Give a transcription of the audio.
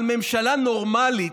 אבל ממשלה נורמלית,